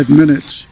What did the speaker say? minutes